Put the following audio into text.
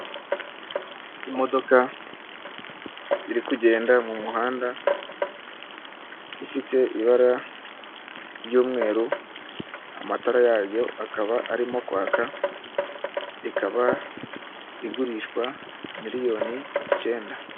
Imodoka iri kugenda mu muhanda ifite ibara ry'umweru, amatara yayo akaba arimo kwaka ikaba igurishwa miliyoni icyenda.